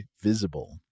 Visible